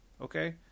Okay